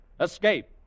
Escape